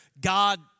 God